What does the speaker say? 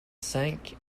cinq